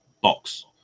box